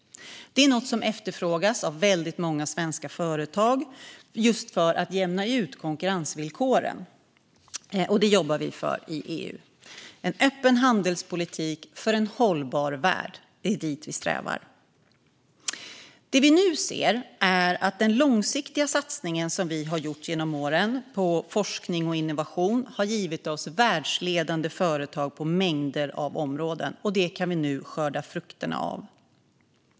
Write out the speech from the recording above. Det är något som efterfrågas av många svenska företag för att jämna ut konkurrensvillkoren, och det jobbar vi för i EU. En öppen handelspolitik för en hållbar värld är det vi strävar mot. Det vi nu ser är att den långsiktiga satsning som vi gjort genom åren på forskning och innovation har givit oss världsledande företag på mängder av områden. Det kan vi nu skörda frukterna av.